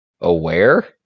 aware